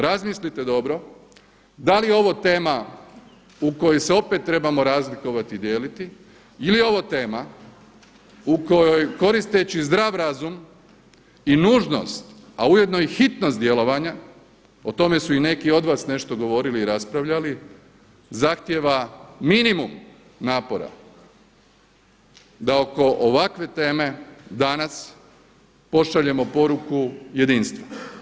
Razmislite dobro, da li je ovo tema u kojoj se trebamo opet razlikovati i dijeliti ili je ovo tema u kojoj koristeći zdrav razum i nužnost, a ujedno i hitnost djelovanja, o tome su i neki od vas nešto govorili i raspravljali, zahtjeva minimum napora da oko ovakve teme danas pošaljemo poruku jedinstva.